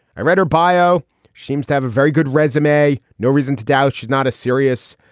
i read her bio. she seems to have a very good resume. no reason to doubt she's not a serious,